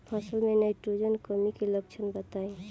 फसल में नाइट्रोजन कमी के लक्षण बताइ?